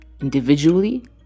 individually